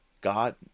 God